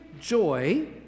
joy